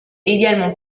également